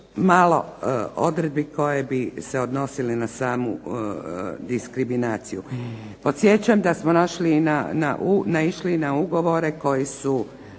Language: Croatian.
malo odredbi koje se odnose na samu diskriminaciju. Podsjećam da smo naišli na ugovore koji su